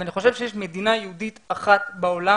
אני חושב שיש מדינה יהודית אחת בעולם